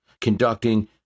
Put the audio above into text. conducting